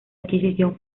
adquisición